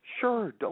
Sure